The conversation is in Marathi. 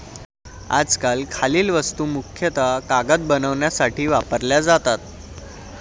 आजकाल खालील वस्तू मुख्यतः कागद बनवण्यासाठी वापरल्या जातात